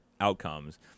outcomes